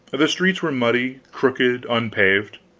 the streets were muddy, crooked, unpaved.